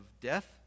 death